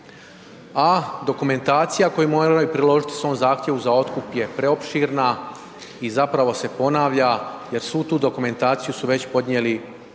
a dokumentacija koju moraju priložiti u svom zahtjevu za otkup je preopširna i zapravo se ponavlja jer svu tu dokumentaciju su već podnijeli u